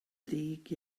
ddig